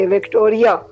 Victoria